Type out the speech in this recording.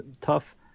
tough